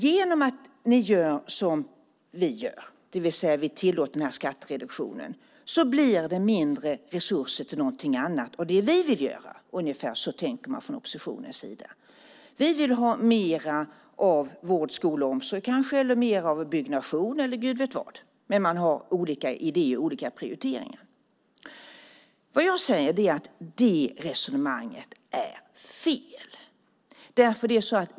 Genom att vi gör som vi gör, det vill säga tillåter den här skattereduktionen, blir det mindre resurser till någonting annat. Ungefär så tänker man från oppositionens sida. Det oppositionen vill är att ha mer av vård, skola, omsorg, byggnation eller gud vet vad. Man har olika idéer och olika prioriteringar. Vad jag säger är att det resonemanget är fel.